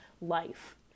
life